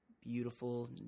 beautiful